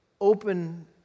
open